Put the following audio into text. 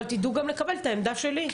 אבל תדעו גם לקבל את העמדה שלי.